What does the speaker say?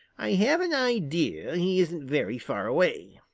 i have an idea he isn't very far away.